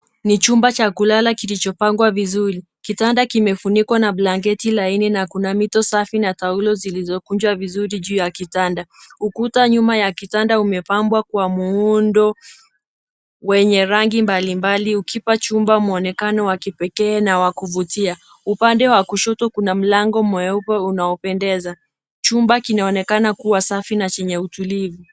Ni chumba cha kulala kilichopangwa vizuri, kitanda kimefunikwa na blanketi laini na kuna mito safi na taulo zilizokunjwa vizuri juu ya kitanda, ukuta nyuma ya kitanda umepambwa kwa muundo wenye rangi mbalimbali ukipachumba muonekano wa kipekee na wa kuvutia ,upande wa kushoto kuna mlango mweupe unaopendeza chumba kinaonekana kuwa safi na chenye utulivu.